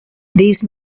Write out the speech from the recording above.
these